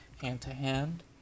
hand-to-hand